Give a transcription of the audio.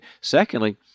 Secondly